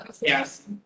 Yes